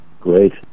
Great